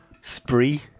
spree